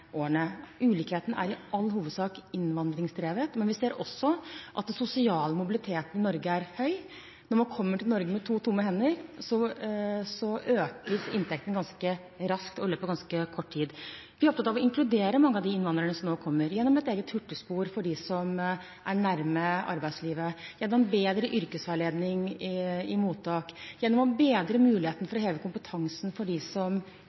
årene. Ulikhetene er i all hovedsak innvandringsdrevet. Men vi ser også at den sosiale mobiliteten i Norge er høy. Når man kommer til Norge med to tomme hender, økes inntekten ganske raskt og i løpet av ganske kort tid. Vi er opptatt av å inkludere mange av de innvandrerne som nå kommer, gjennom et eget hurtigspor for dem som er nær arbeidslivet, gjennom bedre yrkesveiledning i mottak, gjennom å bedre muligheten for å heve kompetansen for dem som